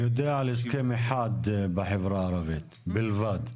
אני יודע על הסכם אחד בחברה הערבית, בלבד.